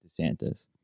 DeSantis